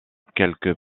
quelque